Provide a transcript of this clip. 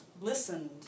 listened